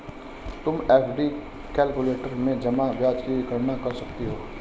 तुम F D calculator में जमा ब्याज की गणना कर सकती हो